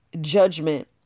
judgment